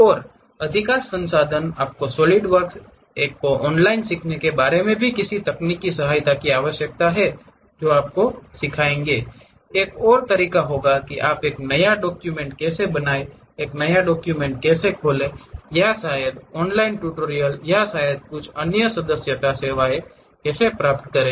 और अधिकांश संसाधन आपको सॉलिडवर्क्स एक को ऑनलाइन सीखने के बारे में किसी भी तकनीकी सहायता की आवश्यकता है जो आप सीखेंगे एक और तरीका होगा कि आप एक नया डॉकयुमेंट कैसे बनाएँ एक नया डॉकयुमेंट कैसे खोलें या शायद ऑनलाइन ट्यूटोरियल या शायद कुछ अन्य सदस्यता सेवाएं कैसे प्राप्त करें